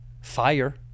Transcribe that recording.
fire